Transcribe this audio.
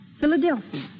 Philadelphia